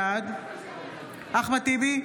בעד אחמד טיבי,